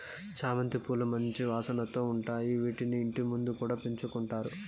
చామంతి పూలు మంచి వాసనతో ఉంటాయి, వీటిని ఇంటి ముందు కూడా పెంచుకుంటారు